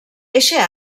eixe